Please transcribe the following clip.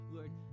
Lord